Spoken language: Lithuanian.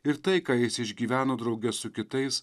ir tai ką jis išgyveno drauge su kitais